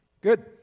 Good